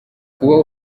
kuba